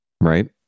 right